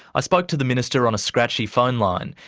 i spoke to the minister on a scratchy phone line.